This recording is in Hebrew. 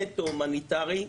נטו הומניטארי,